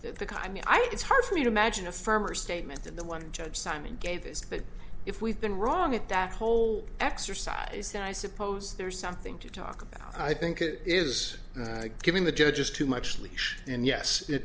think it's hard for me to imagine a firmer statement than the one judge simon gave is that if we've been wrong at that whole exercise then i suppose there's something to talk about i think it is giving the judges too much leash and yes it